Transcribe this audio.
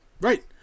Right